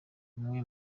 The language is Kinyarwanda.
bumwe